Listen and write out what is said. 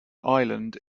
island